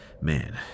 man